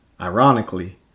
ironically